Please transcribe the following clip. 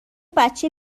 بچه